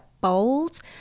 bold